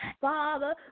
Father